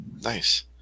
Nice